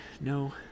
no